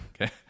okay